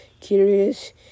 Curious